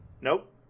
nope